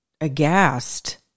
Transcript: aghast